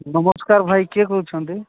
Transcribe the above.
ନମସ୍କାର ଭାଇ କିଏ କହୁଛନ୍ତି